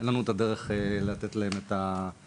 אין לנו את הדרך לתת להם את הפתרון.